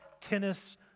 tennis